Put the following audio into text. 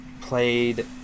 played